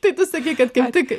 tai tu sakei kad kaip tik